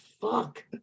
fuck